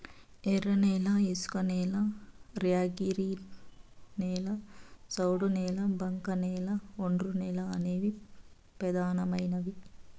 ఎర్రనేల, ఇసుకనేల, ర్యాగిడి నేల, సౌడు నేల, బంకకనేల, ఒండ్రునేల అనేవి పెదానమైనవి